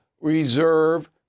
reserve